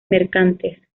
mercantes